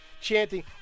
chanting